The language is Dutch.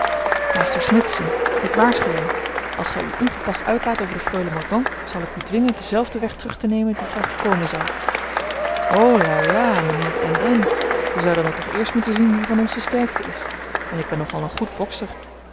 master smithson ik waarschuw u als gij u ongepast uitlaat over de freule mordaunt zal ik u dwingen denzelfden weg terug te nemen dien gij gekomen zijt oh la la mijnheer n n wij zouden dan toch eerst moeten zien wie van ons de sterkste is en ik ben nogal een goed bokser